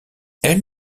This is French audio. elles